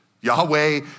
Yahweh